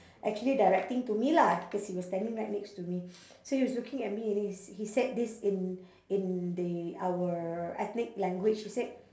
actually directing to me lah cause he was standing right next to me so he was looking at me and then he's he said this in in the our ethnic language he said